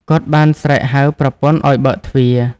គាត់បានស្រែកហៅប្រពន្ធឱ្យបើកទ្វារ។